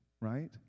right